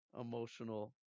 emotional